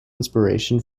inspiration